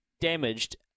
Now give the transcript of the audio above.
damaged